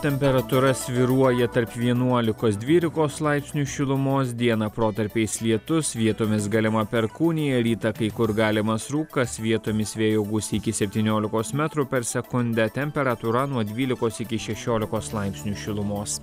temperatūra svyruoja tarp vienuolikos dvylikos laipsnių šilumos dieną protarpiais lietus vietomis galima perkūnija rytą kai kur galimas rūkas vietomis vėjo gūsiai iki septyniolikos metrų per sekundę temperatūra nuo dvylikos iki šešiolikos laipsnių šilumos